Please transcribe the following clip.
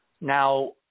now